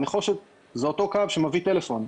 הנחושת זה אותו קו שמביא טלפון,